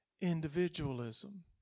Individualism